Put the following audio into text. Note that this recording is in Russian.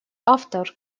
автор